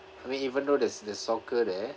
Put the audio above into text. I mean even though there's there's soccer there